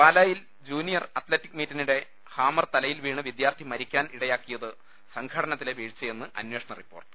പാലായിൽ junior athletic മീറ്റിനിടെ hammer തലയിൽ വീണ വിദ്യാർത്ഥി മരിക്കാൻ ഇടയാക്കിയത് സംഘാടന ത്തിലെ പ്പീഴ്ചയെന്ന് അന്വേഷണ റിപ്പോർട്ട്